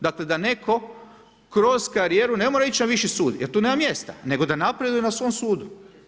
Dakle, da netko kroz karijeru ne mora ići na viši sud, jer tu nema mjesta, nego da napravi na svom sudu.